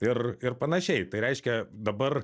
ir ir panašiai tai reiškia dabar